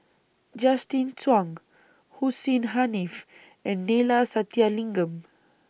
Justin Zhuang Hussein Haniff and Neila Sathyalingam